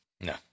No